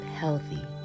healthy